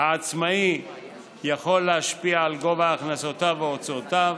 העצמאי יכול להשפיע על גובה הכנסותיו והוצאותיו,